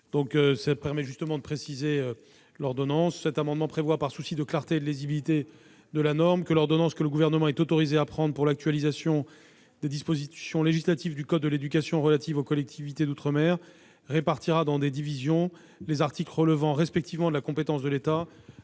Nouvelle-Calédonie et de la Polynésie française. Par souci de clarté et de lisibilité de la norme, l'ordonnance que le Gouvernement est autorisé à prendre pour l'actualisation des dispositions législatives du code de l'éducation relatives aux collectivités d'outre-mer répartira dans des divisions nouvelles les articles relevant respectivement de la compétence de l'État,